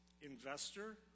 investor